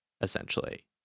essentially